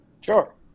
Sure